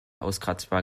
auskratzbar